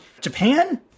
Japan